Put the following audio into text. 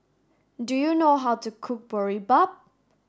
do you know how to cook Boribap